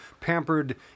pampered